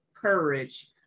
courage